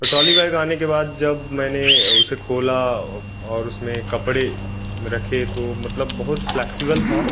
trolley bag आने के बाद जब मैंने उसे खोला और उसमें कपड़े रखे तो मतलब बहुत फ्लेक्सिबल था